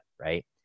right